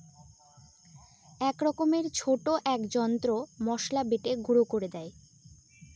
এক রকমের ছোট এক যন্ত্র মসলা বেটে গুঁড়ো করে দেয়